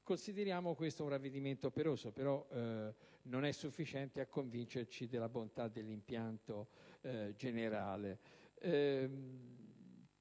Consideriamo questo un ravvedimento operoso, però non è sufficiente a convincerci della bontà dell'impianto generale.